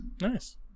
Nice